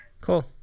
Cool